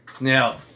Now